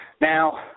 Now